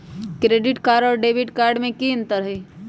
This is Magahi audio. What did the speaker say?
क्रेडिट कार्ड और डेबिट कार्ड में की अंतर हई?